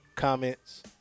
comments